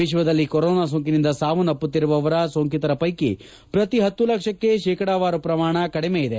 ವಿಶ್ವದಲ್ಲಿ ಕೊರೋನಾ ಸೋಂಕಿನಿಂದ ಸಾವನ್ನಪುತ್ತಿರುವ ಸೋಂಕಿತರ ಪೈಕಿ ಪ್ರತಿ ಪತ್ತು ಲಕ್ಷಕ್ಕೆ ಶೇಕಡವಾರು ಪ್ರಮಾಣ ಕಡಿಮೆ ಇದೆ